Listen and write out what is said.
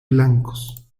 blancos